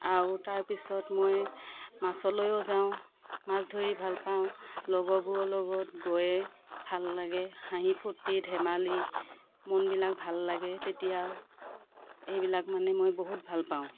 আৰু তাৰ পিছত মই মাছলৈও যাওঁ মাছ ধৰি ভাল পাওঁ লগৰবোৰৰ লগত গৈয়ে ভাল লাগে হাঁহি ফূৰ্তি ধেমালি মনবিলাক ভাল লাগে তেতিয়াও এইবিলাক মানে মই বহুত ভাল পাওঁ